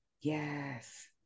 Yes